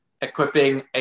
equipping